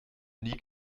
nie